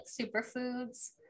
superfoods